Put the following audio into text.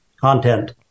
content